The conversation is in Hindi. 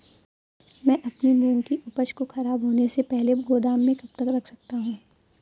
मैं अपनी मूंग की उपज को ख़राब होने से पहले गोदाम में कब तक रख सकता हूँ?